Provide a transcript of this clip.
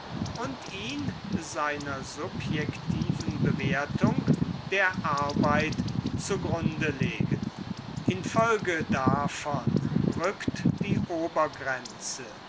und ihn seiner subjektiven bewertung der arbeit zu grunde legen infolge davon rückt die obergrenze